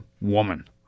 woman